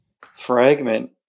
fragment